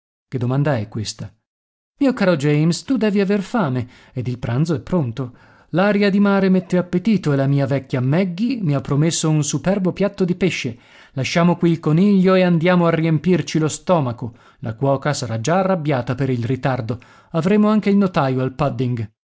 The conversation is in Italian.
che domanda è questa mio caro james tu devi aver fame ed il pranzo è pronto l'aria di mare mette appetito e la mia vecchia magge mi ha promesso un superbo piatto di pesce lasciamo qui il coniglio e andiamo a riempirci lo stomaco la cuoca sarà già arrabbiata per il ritardo avremo anche il notaio al